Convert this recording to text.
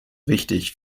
wichtig